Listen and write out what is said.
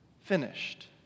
finished